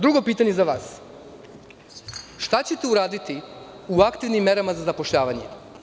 Drugo pitanje za vas – šta ćete uraditi u aktivnim merama za zapošljavanje.